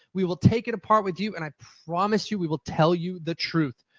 we will take it apart with you and i promise you we will tell you the truth.